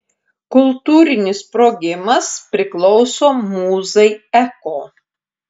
kultūrinis sprogimas priklauso mūzai eko